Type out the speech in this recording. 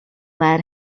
lad